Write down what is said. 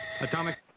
Atomic